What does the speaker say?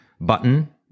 button